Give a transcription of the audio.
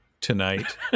tonight